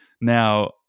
now